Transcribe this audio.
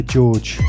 George